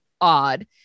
odd